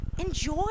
enjoy